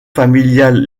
familiales